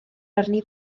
arni